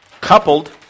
coupled